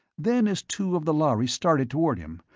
then, as two of the lhari started toward him,